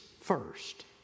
first